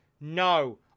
No